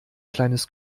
kleines